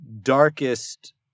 darkest